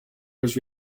was